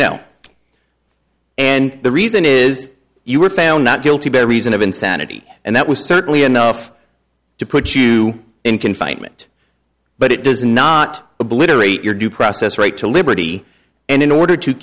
no and the reason is you were found not guilty by reason of insanity and that was certainly enough to put you in confinement but it does not obliterate your due process right to liberty and in order to